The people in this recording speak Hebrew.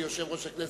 כיושב-ראש הכנסת,